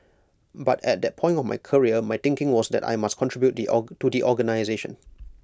but at that point of my career my thinking was that I must contribute or to the organisation